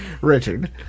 Richard